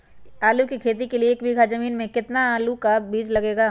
आलू की खेती के लिए एक बीघा जमीन में कितना आलू का बीज लगेगा?